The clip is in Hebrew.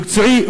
מקצועי,